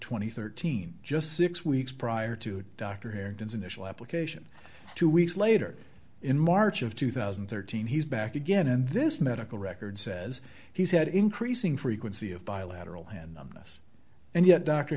and thirteen just six weeks prior to dr harrington initial application two weeks later in march of two thousand and thirteen he's back again and this medical record says he's had increasing frequency of bilateral and this and yet dr